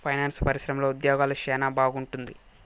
finance పరిశ్రమలో ఉద్యోగాలు సెనా బాగుంటుంది